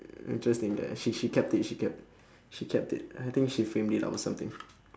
interesting she she kept it she kept she kept it I think she framed it up or something